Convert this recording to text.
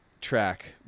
track